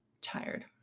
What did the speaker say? tired